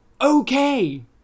okay